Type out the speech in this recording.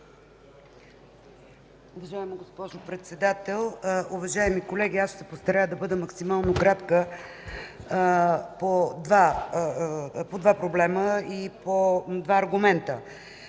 Уважаема госпожо Председател, уважаеми колеги! Аз ще се постарая да бъда максимално кратка по два проблема и по два аргумента.